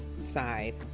side